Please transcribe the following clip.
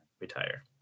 retire